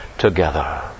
together